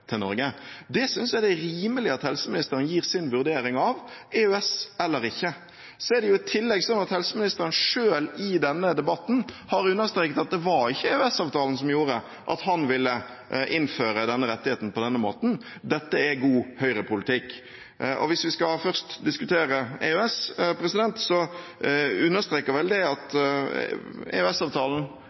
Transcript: til Norge. Det synes jeg det er rimelig at helseministeren gir sin vurdering av – EØS eller ikke. Så har helseministeren i denne debatten selv understreket at det ikke var EØS-avtalen som gjorde at han ville innføre denne rettigheten på denne måten. Dette er god høyrepolitikk. Hvis vi først skal diskutere EØS, understreker vel det at